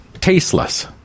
tasteless